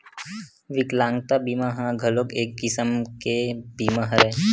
बिकलांगता बीमा ह घलोक एक किसम के बीमा हरय